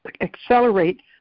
accelerate